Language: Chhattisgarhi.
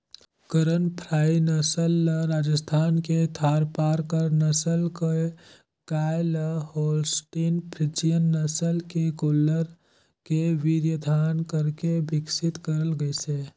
करन फ्राई नसल ल राजस्थान के थारपारकर नसल के गाय ल होल्सटीन फ्रीजियन नसल के गोल्लर के वीर्यधान करके बिकसित करल गईसे